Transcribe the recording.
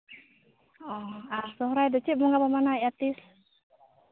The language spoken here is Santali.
ᱟᱨ ᱥᱚᱦᱨᱟᱭ ᱫᱚ ᱪᱮᱫ ᱵᱚᱸᱜᱟ ᱵᱚᱱ ᱢᱟᱱᱟᱣᱮᱫᱼᱟ ᱛᱤᱥ